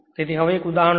તેથી હવે એક ઉદાહરણ લો